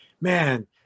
man